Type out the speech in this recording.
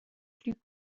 plus